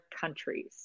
countries